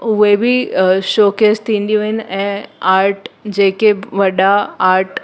उहे बि शोकेस थींदियूं आहिनि ऐं आर्ट जे के बि वॾा आर्ट